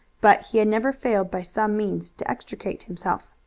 but he had never failed by some means to extricate himself.